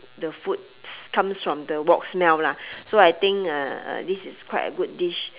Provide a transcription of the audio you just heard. the foods comes from the wok smell lah so I think uh uh this is quite a good dish